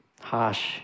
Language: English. harsh